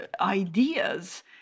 ideas